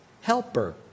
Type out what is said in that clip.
helper